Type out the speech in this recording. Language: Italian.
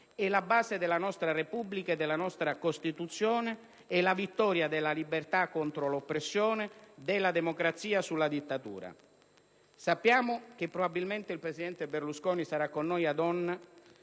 È la base della nostra Repubblica e della nostra Costituzione, è la vittoria della libertà contro l'oppressione, della democrazia sulla dittatura. Sappiamo che probabilmente il presidente Berlusconi sarà con noi ad Onna,